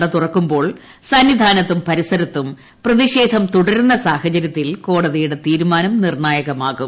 നട തുറക്കുമ്പോൾ സന്നിധാനത്തും പരിസരത്തും പ്രതിഷേധം തുടരുന്ന സാഹചരൃത്തിൽ കോടതിയുടെ തീരുമാനം നിർണ്ണായകമാകും